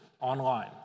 online